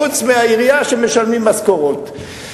חוץ מהעירייה שמשלמים משכורות.